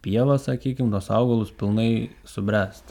pievą sakykim tuos augalus pilnai subręst